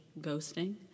ghosting